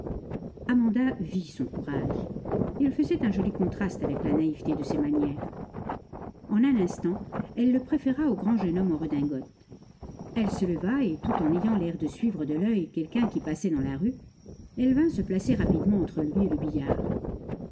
amanda vit son courage il faisait un joli contraste avec la naïveté de ses manières en un instant elle le préféra au grand jeune homme en redingote elle se leva et tout en avant l'air de suivre de l'oeil quelqu'un qui passait dans la rue elle vint se placer rapidement entre lui et le billard